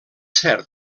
cert